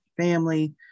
family